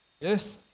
Yes